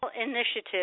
Initiative